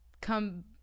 come